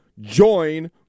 join